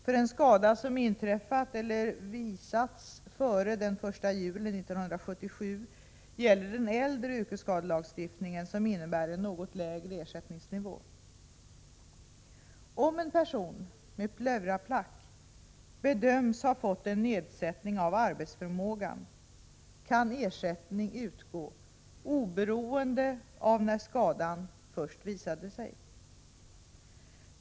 För en skada som inträffat eller visats före den 1 juli 1977 gäller den äldre yrkesskadelagstiftningen, som innebär en något lägre ersättningsnivå. Om en person med pleuraplack bedöms ha fått en nedsättning av arbetsförmågan kan ersättning utgå oberoende av när skadan först visade sig.